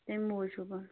تَمہِ موٗجوٗب